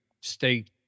state